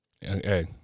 Hey